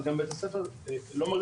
אז גם בית-הספר לא...